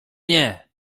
nie